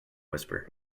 whisper